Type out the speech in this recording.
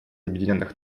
объединенных